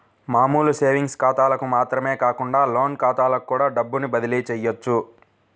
మామూలు సేవింగ్స్ ఖాతాలకు మాత్రమే కాకుండా లోన్ ఖాతాలకు కూడా డబ్బుని బదిలీ చెయ్యొచ్చు